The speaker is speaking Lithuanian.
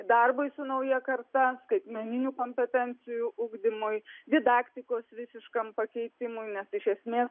darbui su nauja karta skaitmeninių kompetencijų ugdymui didaktikos visiškam pakeitimui nes iš esmės